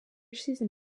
season